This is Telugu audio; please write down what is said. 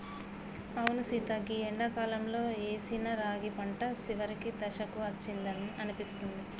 అవును సీత గీ ఎండాకాలంలో ఏసిన రాగి పంట చివరి దశకు అచ్చిందని అనిపిస్తుంది